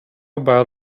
about